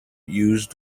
use